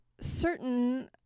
certain